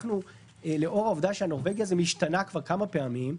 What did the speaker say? לאור העובדה ש"הנורבגי" הזה השתנה כבר כמה פעמים,